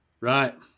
Right